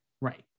Right